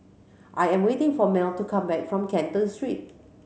I am waiting for Mel to come back from Canton Street